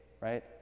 right